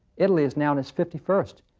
italy is now in its fifty-first.